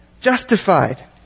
Justified